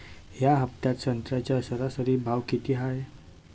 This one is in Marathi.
या हफ्त्यात संत्र्याचा सरासरी भाव किती हाये?